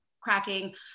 cracking